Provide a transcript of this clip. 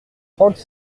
trente